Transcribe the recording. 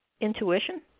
Intuition